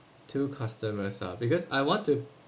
two customers ah because I want to